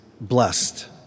blessed